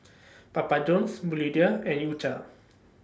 Papa Johns Bluedio and U Cha